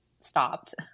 stopped